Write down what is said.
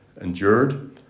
endured